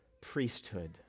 priesthood